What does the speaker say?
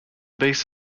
base